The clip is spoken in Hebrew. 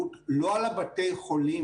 בלי שום דבר,